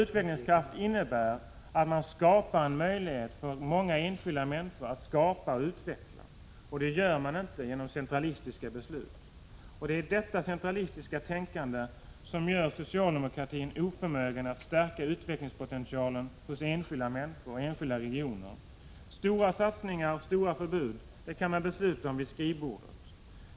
Utvecklingskraft innebär ju att man skapar en möjlighet för enskilda människor att utvecklas. Det gör man inte genom centralistiska beslut. Det centralistiska tänkandet gör socialdemokratin oförmögen att stärka utvecklingspotentialen hos enskilda människor och enskilda regioner. Stora satsningar och förbud kan man besluta om vid skrivbordet.